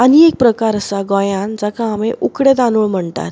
आनी एक प्रकार आसा गोंयांत जाका आमी उकडे तांदूळ म्हणटात